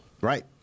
Right